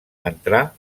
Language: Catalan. entrà